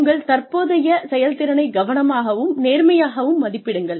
உங்கள் தற்போதைய செயல்திறனைக் கவனமாகவும் நேர்மையாகவும் மதிப்பிடுங்கள்